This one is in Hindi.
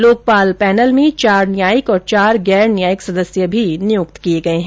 लोकपाल पैनल चार न्यायिक और चार गैर न्यायिक सदस्य भी नियुक्त किए गए है